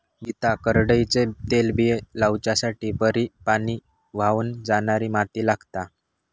गीता करडईचे तेलबिये लावच्यासाठी बरी पाणी व्हावन जाणारी माती लागता